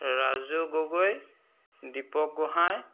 Raju Gogoi Deepak Gohain